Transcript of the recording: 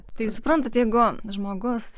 tai suprantat jeigu žmogus